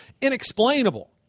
inexplainable